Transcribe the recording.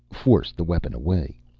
forced the weapon away.